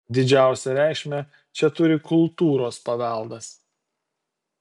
didžiausią reikšmę čia turi kultūros paveldas